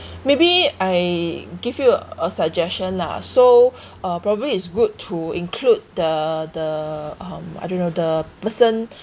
maybe I give you a suggestion lah so uh probably it's good to include the the um I don't know the person